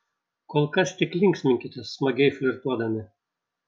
kol kas tik linksminkitės smagiai flirtuodami